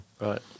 Right